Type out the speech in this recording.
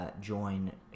join